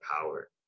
power